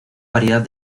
variedad